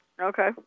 Okay